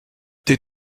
tais